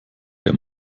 der